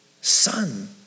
son